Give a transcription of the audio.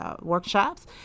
workshops